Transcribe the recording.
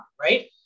right